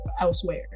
elsewhere